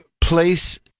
place